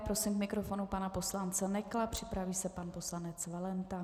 Prosím k mikrofonu pana poslance Nekla, připraví se pan poslanec Valenta.